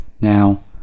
Now